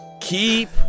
Keep